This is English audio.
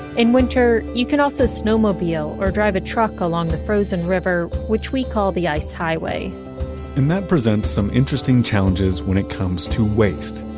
in winter, you can also snowmobile or drive a truck along the frozen river, which we call the ice highway that presents some interesting challenges when it comes to waste,